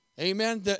Amen